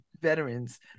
Veterans